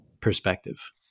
perspective